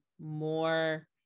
more